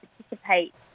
participate